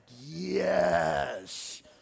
yes